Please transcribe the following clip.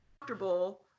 comfortable